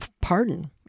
pardon